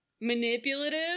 manipulative